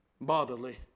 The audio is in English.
bodily